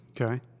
Okay